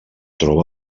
troba